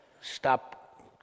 Stop